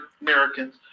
Americans